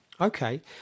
Okay